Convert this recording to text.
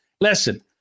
listen